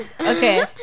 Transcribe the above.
Okay